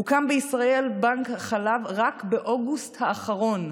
הוקם בישראל בנק החלב רק באוגוסט האחרון.